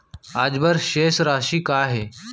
आज बर शेष राशि का हे?